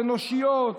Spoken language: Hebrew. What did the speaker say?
אנושיות,